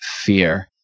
fear